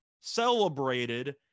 celebrated